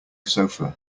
sofa